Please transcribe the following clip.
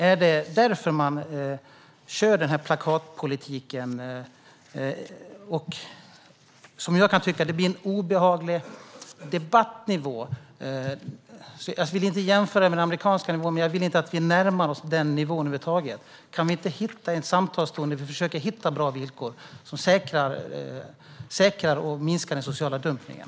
Är det därför man kör plakatpolitiken? Jag kan tycka att det blir en obehaglig debattnivå. Jag vill inte jämföra med den amerikanska nivån, men jag vill inte att vi närmar oss den nivån över huvud taget. Kan vi inte hitta en samtalston där vi försöker hitta bra villkor som minskar den sociala dumpningen?